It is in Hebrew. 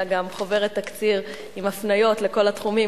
אלא גם חוברת תקציר עם הפניות לכל התחומים,